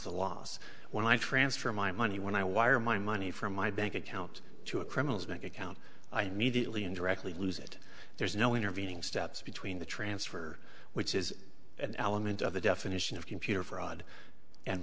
the loss when i transfer my money when i wire my money from my bank account to a criminal's bank account i immediately indirectly lose it there's no intervening steps between the transfer which is an element of the definition of computer fraud and